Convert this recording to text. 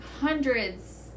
hundreds